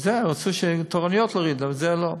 רצו להוריד תורנויות, אבל את זה, לא.